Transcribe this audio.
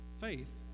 faith